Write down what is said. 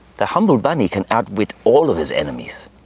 the humble bunny can out with all of his enemies.